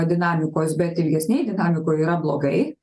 dinamikos bet ilgesnėj dinamikoj yra blogai